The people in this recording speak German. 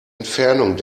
entfernung